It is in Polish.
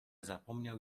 zapomniał